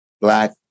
black